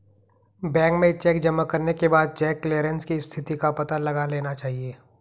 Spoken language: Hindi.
बैंक में चेक जमा करने के बाद चेक क्लेअरन्स की स्थिति का पता लगा लेना चाहिए